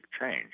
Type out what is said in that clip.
change